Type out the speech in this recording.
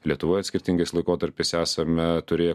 lietuvoje skirtingais laikotarpiais esame turėję